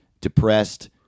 Depressed